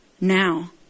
now